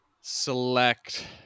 select